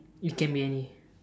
it can be any